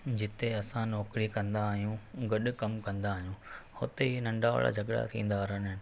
जिते असां नौकरी कंदा आहियूं गॾु कमु कंदा आहियूं हुते इहे नंढा वॾा झगिड़ा थींदा रहंदा आहिनि